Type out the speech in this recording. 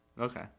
Okay